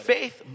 Faith